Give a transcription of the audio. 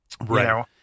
right